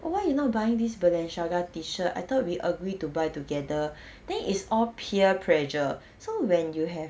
why you not buying this balenciaga t-shirt I thought we agreed to buy together then is all peer pressure so when you have